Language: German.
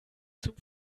zum